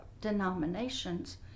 denominations